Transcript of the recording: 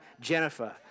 Jennifer